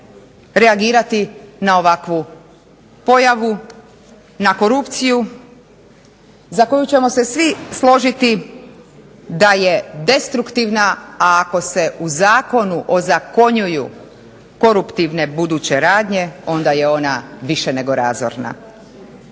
reagirati na ovakvu pojavu, na korupciju, za koju ćemo se svi složiti da je destruktivna a ako se u zakonu ozakonjuju koruptivne buduće radnje onda je ona više nego razorna.